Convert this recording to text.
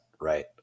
right